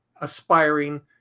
aspiring